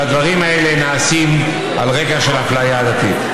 שהדברים האלה נעשים על רקע של אפליה עדתית.